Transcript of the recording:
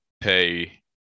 pay